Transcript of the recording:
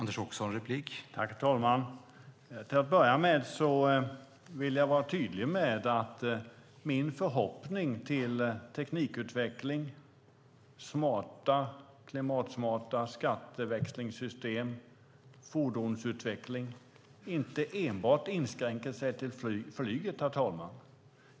Herr talman! Jag vill vara tydlig med att min förhoppning om teknikutveckling, om klimatsmarta skatteväxlingssystem och fordonsutveckling, inte inskränker sig enbart till flyget.